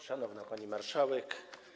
Szanowna Pani Marszałek!